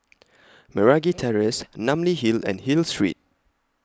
Meragi Terrace Namly Hill and Hill Street